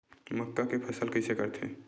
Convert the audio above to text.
मक्का के फसल कइसे करथे?